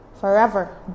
Forever